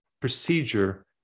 procedure